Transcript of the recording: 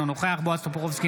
אינו נוכח בועז טופורובסקי,